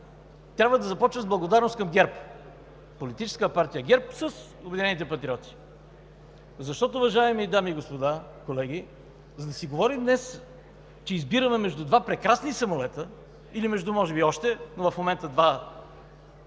трябва да започне с благодарност към ГЕРБ – Политическа партия ГЕРБ, с „Обединени патриоти“. Уважаеми дами и господа, колеги, за да говорим днес, че избираме между два прекрасни самолета или между може би още, но в момента два